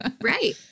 Right